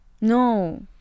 No